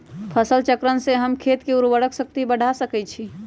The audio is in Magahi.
फसल चक्रण से हम खेत के उर्वरक शक्ति बढ़ा सकैछि?